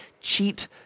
cheat